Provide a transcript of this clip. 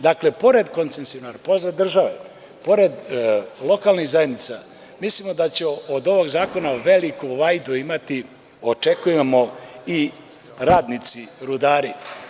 Dakle, pored koncesionara, pored lokalnih zajednica, pored države, mislimo da će od ovog zakona veliku vajdu očekujemo i radnici rudari.